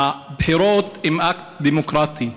הבחירות הן אקט דמוקרטי,